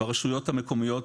ברשויות המקומיות